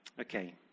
Okay